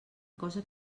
cosa